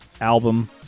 album